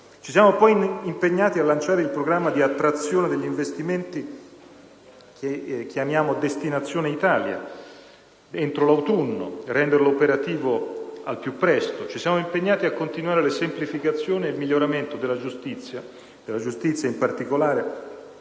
Ci siamo poi impegnati a lanciare il programma di attrazione degli investimenti che chiamiamo «Destinazione Italia» entro l'autunno, per renderlo operativo al più presto. Ci siamo impegnati a continuare la semplificazione ed il miglioramento della giustizia, in particolare